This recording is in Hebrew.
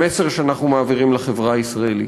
המסר שאנחנו מעבירים לחברה הישראלית?